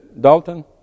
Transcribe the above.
Dalton